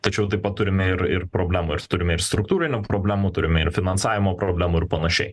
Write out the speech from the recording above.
tačiau taip pat turime ir ir problemų turime ir struktūrinių problemų turime ir finansavimo problemų ir panašiai